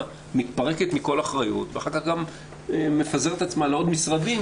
מתפרקת מכל אחריות ואחר כך מפזרת את עצמה לעוד משרדים,